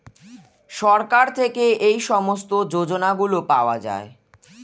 সরকার থেকে এই সমস্ত যোজনাগুলো পাওয়া যায়